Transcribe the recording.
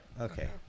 Okay